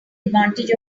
advantage